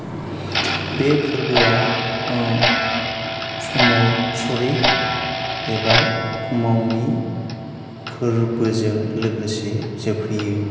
बे फोरबोआ समवतसरी एबा क्षमावनी फोरबोजों लोगोसे जोबहैयो